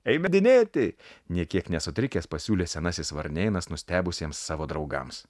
eime dinėti nė kiek nesutrikęs pasiūlė senasis varnėnas nustebusiems savo draugams